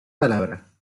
palabra